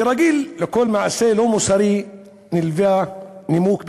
כרגיל, לכל מעשה לא מוסרי נלווה נימוק ביטחוני.